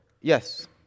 yes